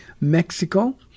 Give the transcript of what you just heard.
Mexico